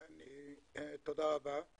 תודה רבה.